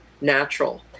natural